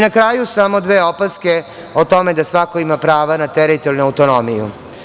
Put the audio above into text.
Na kraju samo dve opaske o tome da svako ima pravo na teritorijalnu autonomiju.